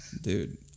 Dude